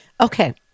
Okay